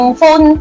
phone